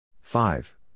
Five